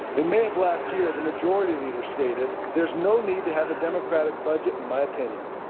in may of last year the majority leader stated there is no need to have a democratic budget, in my opinion.